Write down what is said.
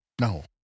No